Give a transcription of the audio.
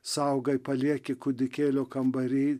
saugai palieki kūdikėlio kambary